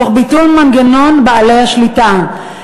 תוך ביטול מנגנון בעלי השליטה,